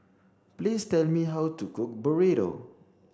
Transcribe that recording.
please tell me how to cook Burrito